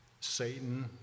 Satan